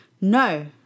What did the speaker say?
No